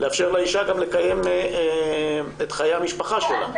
צריך לאפשר לאישה גם לקיים את חיי המשפחה שלה.